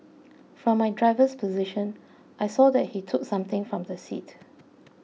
from my driver's position I saw that he took something from the seat